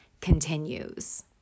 continues